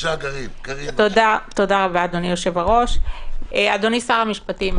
אדוני שר המשפטים,